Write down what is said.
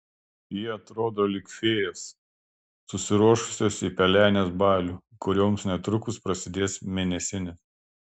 jie atrodo lyg fėjos susiruošusios į pelenės balių kurioms netrukus prasidės mėnesinės